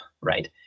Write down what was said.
right